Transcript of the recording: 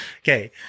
okay